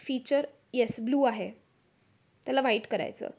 feature yes blue आहे त्याला white करायचं